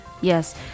yes